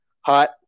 hot